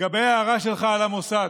לגבי ההערה שלך על המוסד,